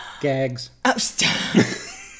gags